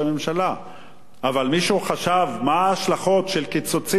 אבל מישהו חשב מה ההשלכות של קיצוצים במשרדי הממשלה?